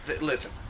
listen